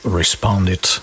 responded